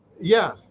Yes